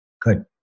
Good